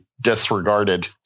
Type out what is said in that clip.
disregarded